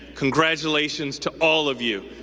congratulations to all of you,